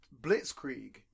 blitzkrieg